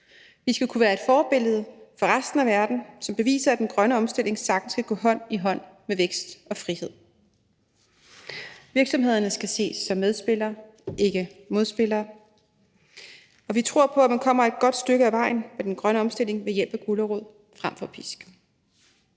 Vi skal kunne være et forbillede for resten af verden, som beviser, at den grønne omstilling sagtens kan gå hånd i hånd med vækst og frihed. Virksomhederne skal ses som medspillere og ikke modspillere, og vi tror på, at man kommer et godt stykke ad vejen med den grønne omstilling ved hjælp af gulerod frem for pisk.